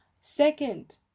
Second